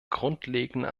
grundlegender